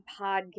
podcast